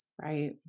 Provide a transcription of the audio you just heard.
Right